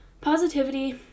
Positivity